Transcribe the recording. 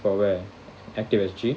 for where active S_G